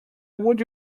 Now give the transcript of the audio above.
would